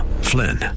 Flynn